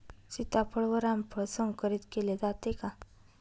सीताफळ व रामफळ संकरित केले जाते का?